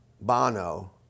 Bono